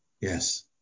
Yes